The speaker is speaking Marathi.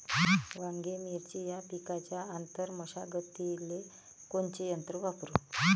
वांगे, मिरची या पिकाच्या आंतर मशागतीले कोनचे यंत्र वापरू?